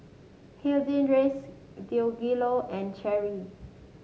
Hildegarde Deangelo and Cherry